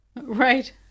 Right